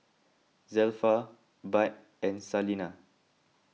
Zelpha Bud and Salena